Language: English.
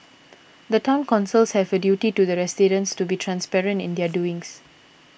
the Town Councils have a duty to the residents to be transparent in their doings